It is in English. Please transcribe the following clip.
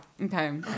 okay